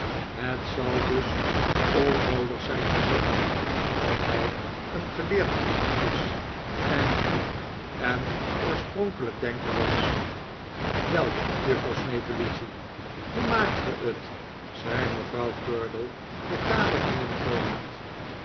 het zal dus onnoodig zijn te zeggen dat hij een geleerd criticus en een diep en oorspronkelijk denker was wel juffrouw snevellicci hoe maakt ge het zei mevrouw curdle de kamer binnenkomend